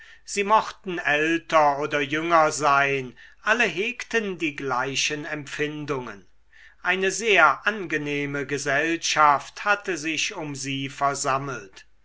sie mochten älter oder jünger sein alle hegten die gleichen empfindungen eine sehr angenehme gesellschaft hatte sich um sie versammelt